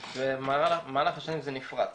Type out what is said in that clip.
ובמהלך השנים זה נפרץ.